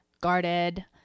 guarded